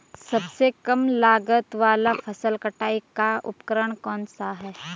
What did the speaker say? सबसे कम लागत वाला फसल कटाई का उपकरण कौन सा है?